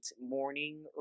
morning